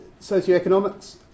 socioeconomics